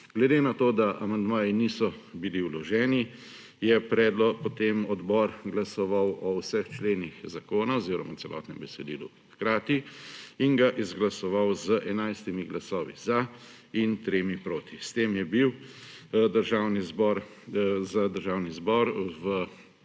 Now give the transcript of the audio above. Glede na to, da amandmaji niso bili vloženi, je potem odbor glasoval o vseh členih zakona oziroma celotnem besedilu hkrati in ga izglasoval z 11 glasovi za in 3 proti. S tem je bil za Državni zbor v